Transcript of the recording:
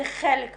זה חלק מזה.